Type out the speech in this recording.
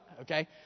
Okay